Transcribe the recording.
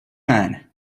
man